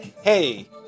Hey